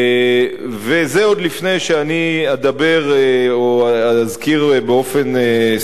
זה עוד לפני שאני אדבר או אזכיר באופן ספציפי